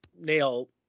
nail